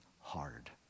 hard